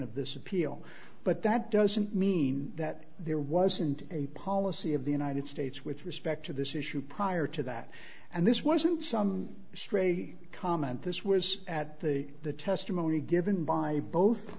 of this appeal but that doesn't mean that there wasn't a policy of the united states with respect to this issue prior to that and this wasn't some stray comment this was at the the testimony given by both